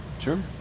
Sure